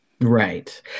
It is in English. Right